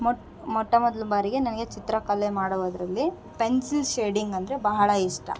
ಮೊಟ್ಟ ಮೊಟ್ಟ ಮೊದ್ಲ ಬಾರಿಗೆ ನನಗೆ ಚಿತ್ರಕಲೆ ಮಾಡುವುದ್ರಲ್ಲಿ ಪೆನ್ಸಿಲ್ ಶೇಡಿಂಗ್ ಅಂದರೆ ಬಹಳ ಇಷ್ಟ